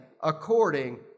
according